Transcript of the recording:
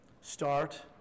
start